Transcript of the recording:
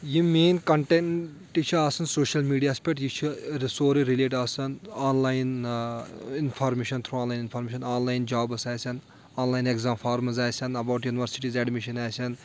یِم میٲنۍ کنٹینٹ چھِ آسان سوشَل میٖڈیاہَس پؠٹھ یہِ چھُ سورُے رِلیٹ آسان online information through online information online jobs آسن آن لاین ایٚگزام فارمٕز آسن اؠباوُٹ یوٗنیورسٹیٖز اٮ۪ڈمِشن آسَن